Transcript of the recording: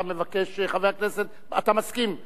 אתה מבקש, חבר הכנסת, אתה מסכים?